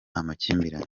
amakimbirane